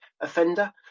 offender